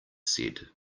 said